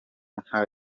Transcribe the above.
ntara